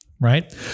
right